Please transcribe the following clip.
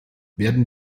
werden